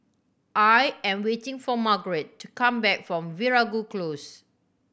I am waiting for Margarett to come back from Veeragoo Close